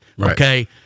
okay